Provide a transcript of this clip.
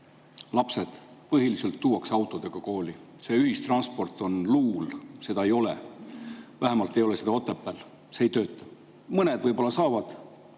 tuuakse põhiliselt autodega kooli. See ühistransport on luul, seda ei ole. Vähemalt ei ole seda Otepääl. See ei tööta. Mõned võib-olla saavad